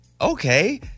Okay